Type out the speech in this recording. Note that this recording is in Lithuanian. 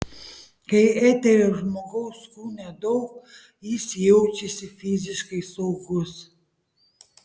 kai eterio žmogaus kūne daug jis jaučiasi fiziškai saugus